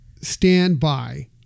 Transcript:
standby